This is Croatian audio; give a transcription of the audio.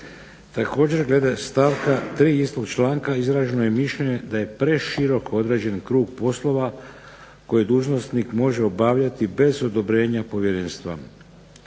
Također glede stavka 3. istog članka izraženo je mišljenje da je preširok određen krug poslova koje dužnosnik može obavljati bez odobrenja povjerenstva.